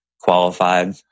qualified